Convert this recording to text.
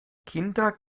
kinder